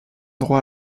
droit